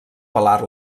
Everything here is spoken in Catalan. pelar